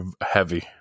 heavy